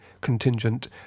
contingent